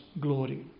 glory